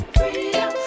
freedom